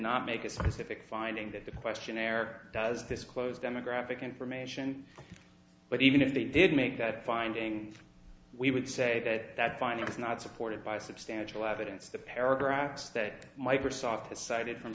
not make it specific finding that the questionnaire does this close demographic information but even if they did make that finding we would say that that finding is not supported by substantial evidence the paragraphs that microsoft cited from